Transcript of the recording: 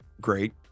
great